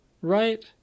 right